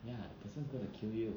ya person who's gonna kill you